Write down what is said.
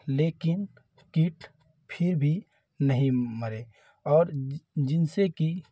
लेकिन कीट फिर भी नहीं मरे और जिनसे की